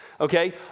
okay